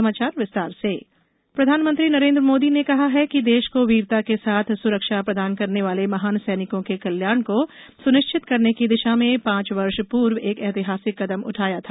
समाचार विस्तार से ओआरओपी प्रधानमंत्री नरेन्द्र मोदी ने कहा है कि देश को वीरता के साथ सुरक्षा प्रदान करने वाले महान सैनिकों के कल्याण को सुनिश्चित करने की दिशा में पांच वर्ष पूर्व एक ऐतिहासिक कदम उठाया था